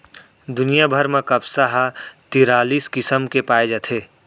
दुनिया भर म कपसा ह तिरालिस किसम के पाए जाथे